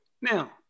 Now